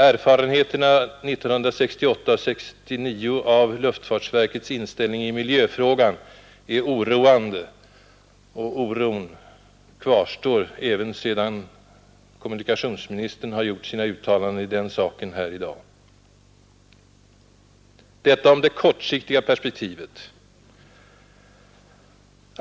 Erfarenheten från 1968—1969 av luftfartsverkets inställning i miljöfrågor är oroande, och oron kvarstår även sedan kommunikationsministern gjort sina uttalanden om de här sakerna i dag. Detta om det kortsiktiga perspektivet.